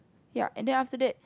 ya and then after that